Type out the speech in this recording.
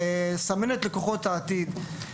לסמן את לקוחות העתיד,